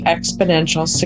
Exponential